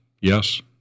yes